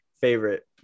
Favorite